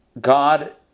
God